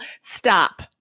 stop